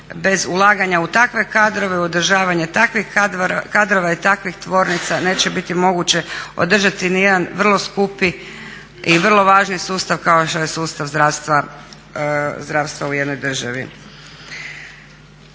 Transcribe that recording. bez ulaganja u takve kadrove, u održavanje takvih kadrova i takvih tvornica neće biti moguće održati ni jedan vrlo skupi i vrlo važni sustav kao što je sustav zdravstva u jednoj državi.